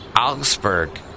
Augsburg